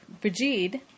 Brigid